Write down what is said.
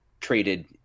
traded